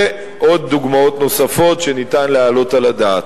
ועוד דוגמאות נוספות שניתן להעלות על הדעת.